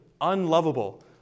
unlovable